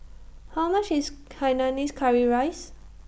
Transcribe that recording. How much IS Hainanese Curry Rice